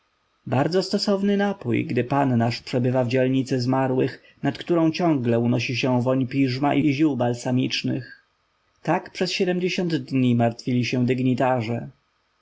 bardzo stosowny napój gdy pan nasz przebywa w dzielnicy zmarłych nad którą ciągle unosi się woń piżma i ziół balsamicznych tak przez siedemdziesiąt dni martwili się dygnitarze